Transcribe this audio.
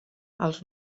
als